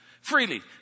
freely